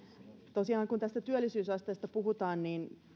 tosiaan kun tästä työllisyysasteesta puhutaan niin